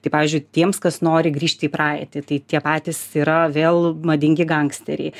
tai pavyzdžiui tiems kas nori grįžti į praeitį tai tie patys yra vėl madingi gangsteriai